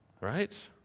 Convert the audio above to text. Right